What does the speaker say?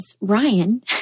Ryan